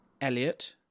Elliot